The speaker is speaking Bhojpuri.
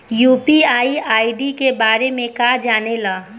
यू.पी.आई आई.डी के बारे में का जाने ल?